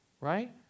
right